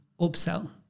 upsell